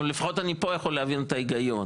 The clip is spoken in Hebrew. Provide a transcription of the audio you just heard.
אבל לפחות אני פה יכול להבין את ההיגיון,